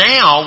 Now